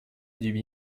duby